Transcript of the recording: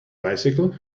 bicycle